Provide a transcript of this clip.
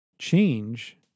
change